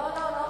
לא לא.